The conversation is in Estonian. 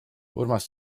urmas